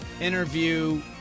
interview